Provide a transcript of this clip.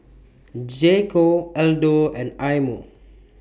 J Co Aldo and Eye Mo